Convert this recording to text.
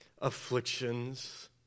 afflictions